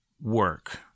work